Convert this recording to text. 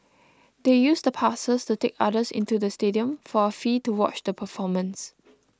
they used the passes to take others into the stadium for a fee to watch the performance